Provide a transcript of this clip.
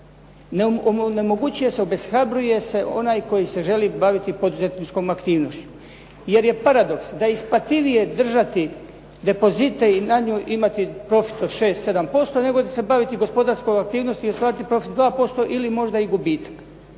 onemogućuje se, obeshrabruje se onaj koji se želi baviti poduzetničkom aktivnošću. Jer je paradoks da je isplativije držati depozite i nju imati profit od šest, sedam posto nego se baviti gospodarskom aktivnosti i ostvariti profit od 2% ili možda i gubitak.